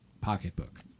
pocketbook